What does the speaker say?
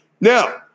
Now